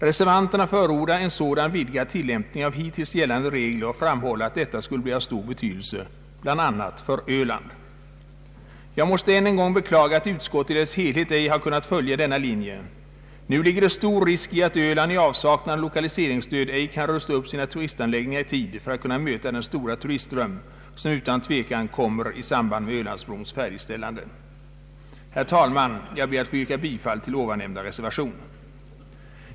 Reservanterna förordar en sådan vidgad tillämpning av hittills gällande regler och framhåller att detta skulle bli av stor betydelse bl.a. för Öland. Jag måste än en gång beklaga att utskottet i dess helhet ej har kunnat följa denna linje. Nu ligger det stor risk i att Öland i avsaknad av lokaliseringsstöd ej kan rusta upp sina turistanläggningar i tid för att kunna möta den stora turistström som utan tvivel kommer i samband med Ölandsbrons färdigställande. Herr talman! Jag kommer att yrka bifall till ovannämnda reservation.